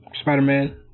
Spider-Man